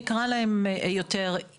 אז הקבלן,